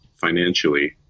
financially